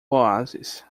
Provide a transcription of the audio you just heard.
oásis